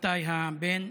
איתי הבן,